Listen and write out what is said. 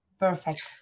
Perfect